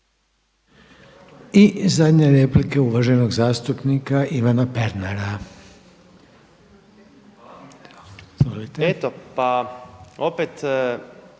I zadnja replika uvaženog zastupnika Ivana Pernara. **Pernar,